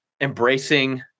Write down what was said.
embracing